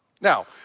Now